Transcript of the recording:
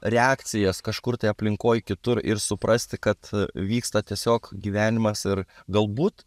reakcijas kažkur tai aplinkoj kitur ir suprasti kad vyksta tiesiog gyvenimas ir galbūt